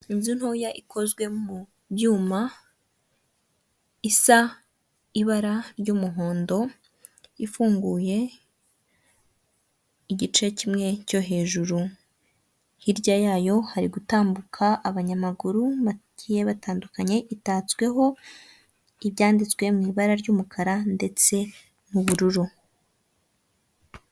Inzu ntoya ikozwe mu byuma isa ibara ry'umuhondo ifunguye igice kimwe cyo hejuru, hirya yayo hari gutambuka abanyamaguru bagiye batandukanye, itatsweho ibyanditswe mu ibara ry'umukara ndetse n'ubururu.